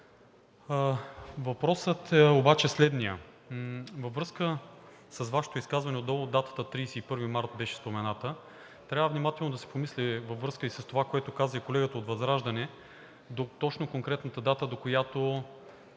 Въпросът обаче е следният: във връзка с Вашето изказване, отдолу датата 31 март 2021 г. беше спомената, трябва внимателно да се помисли във връзка и с това, което каза колегата от ВЪЗРАЖДАНЕ точно конкретната дата, до която